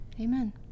amen